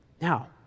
Now